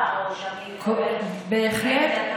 בהחלט,